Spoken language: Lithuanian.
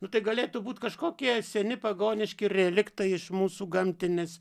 nu tai galėtų būt kažkokie seni pagoniški reliktai iš mūsų gamtinės